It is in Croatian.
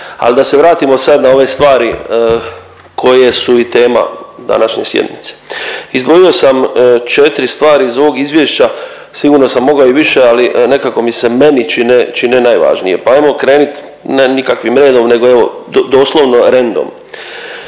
Al da se vratimo sad na ove stvari koje su i tema današnje sjednice. Izdvojio sam 4 stvari iz ovog izvješća, sigurno sam mogao i više, ali nekako mi se meni čine, čine najvažnije, pa ajmo krenit ne nikakvim redom, nego evo doslovno rendom.